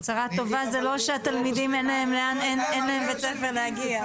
צרה טובה זה לא שהתלמידים אין להם בית ספר להגיע אליו.